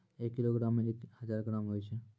एक किलोग्रामो मे एक हजार ग्राम होय छै